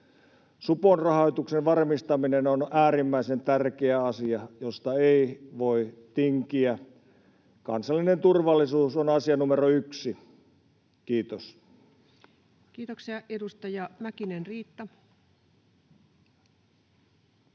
Supon rahoituksen varmistaminen on äärimmäisen tärkeä asia, josta ei voi tinkiä. Kansallinen turvallisuus on asia numero yksi. — Kiitos. [Keskeltä: Näin on!]